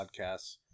Podcasts